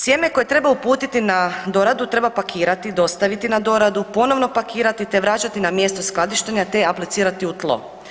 Sjeme koje treba uputiti na doradu treba pakirati, dostaviti na doradu, ponovo pakirati te vraćati na mjesto skladištenja te aplicirati u tlo.